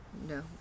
no